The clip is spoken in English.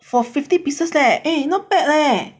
for fifty pieces leh eh not bad leh